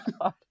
god